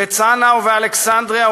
בצנעא ובאלכסנדריה,